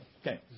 Okay